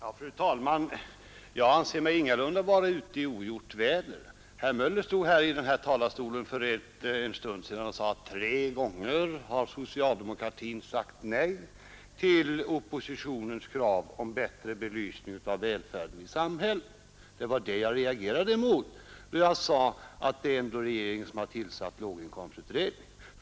Fru talman! Jag anser mig ingalunda vara ute i ogjort väder. Herr Möller sade för en stund sedan att tre gånger har socialdemokratin sagt nej till oppositionens krav på bättre belysning av välfärden i samhället. Jag reagerade mot detta och sade att det ändå är regeringen som har tillsatt låginkomstutredningen.